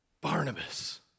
Barnabas